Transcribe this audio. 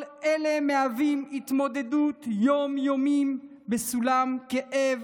כל אלה מהווים התמודדות יום-יומית בסולם כאב,